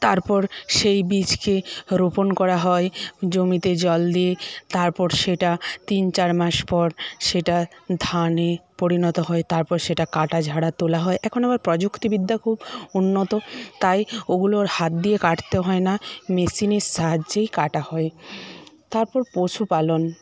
তারপর সেই বীজকে রোপণ করা হয় জমিতে জল দিয়ে তারপর সেটা তিন চার মাস পর সেটা ধানে পরিণত হয় তারপর সেটা কাটা ঝাড়া তোলা হয় এখন আবার প্রাযুক্তিবিদ্যা খুব উন্নত তাই ওগুলো আর হাত দিয়ে কাটতে হয় না মেশিনের সাহায্যেই কাটা হয় তারপর পশুপালন